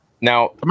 now